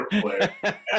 player